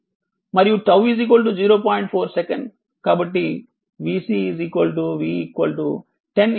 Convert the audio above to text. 4 second కాబట్టి vC v 10 e t 0